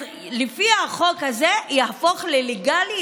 לפי החוק הזה יהפוך ללגלי,